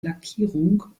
lackierung